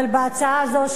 אבל בהצעה הזאת,